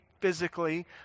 physically